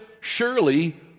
surely